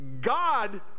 God